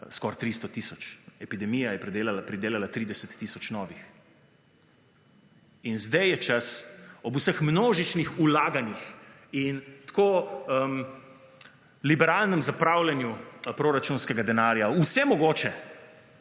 skoraj 300 tisoč, epidemija je pridelala 30 tisoč novih. In zdaj je čas - ob vseh množičnih vlaganjih in tako liberalnem zapravljanju proračunskega denarja v vse mogoče